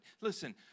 Listen